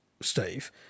Steve